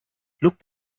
looked